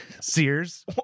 Sears